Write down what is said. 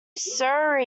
sir